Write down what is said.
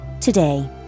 Today